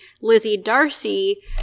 Lizzie-Darcy